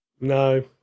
No